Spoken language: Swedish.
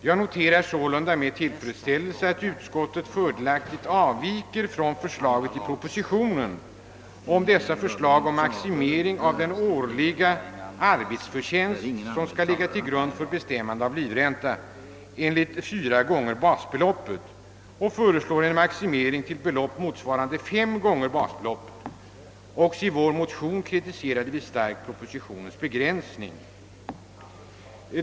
Jag noterar sålunda med tillfredsställelse att utskottet fördelaktigt avviker från förslaget i propositionen om maximering av den årliga arbetsförtjänst, som skall ligga till grund för bestämmande av livränta, till fyra gånger basbeloppet, genom att föreslå en maximering till ett belopp motsvarande fem gånger basbeloppet. Också i vår motion kritiserade vi starkt propositionens begränsning.